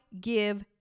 give